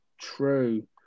true